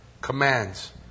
Commands